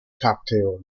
cocktail